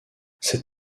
cet